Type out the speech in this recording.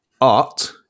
art